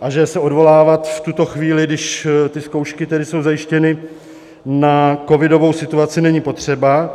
a že se odvolávat v tuto chvíli, když zkoušky jsou zajištěny, na covidovou situaci, není potřeba.